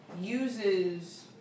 uses